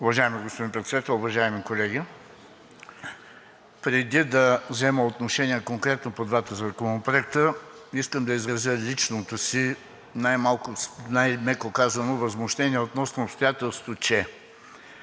Уважаеми господин Председател, уважаеми колеги! Преди да взема конкретно отношение по двата законопроекта, искам да изразя личното си, най меко казано, възмущение относно обстоятелството, че